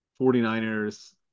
49ers